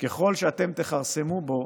ככל שאתם תכרסמו בו,